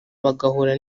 bagahura